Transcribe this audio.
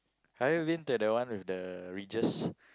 have you been to the one with the ridges